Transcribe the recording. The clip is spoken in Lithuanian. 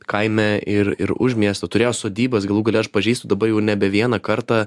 kaime ir ir už miesto turėjo sodybas galų gale aš pažįstu dabar jau nebe vieną kartą